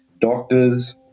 doctors